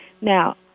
Now